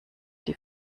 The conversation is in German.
die